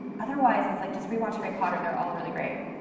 otherwise it's like just rewatch harry potter, they're all really great,